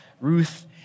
Ruth